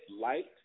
light